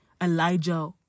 Elijah